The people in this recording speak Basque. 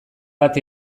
bat